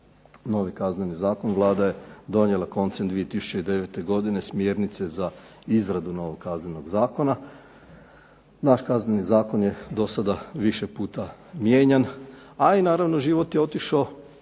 novi Kazneni zakon Vlada je donijela koncem 2009. godine, smjernice za izradu novog Kaznenog zakona. Naš Kazneni zakon je dosada više puta mijenjan, a i naravno život je otišao